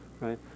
right